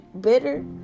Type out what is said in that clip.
bitter